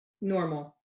normal